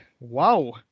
wow